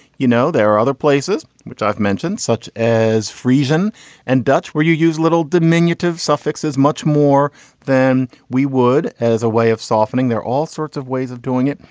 you know, there are other places which i've mentioned, such as friesian and dutch, where you use a little diminutive suffix is much more than we would as a way of softening there. all sorts of ways of doing it.